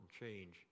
change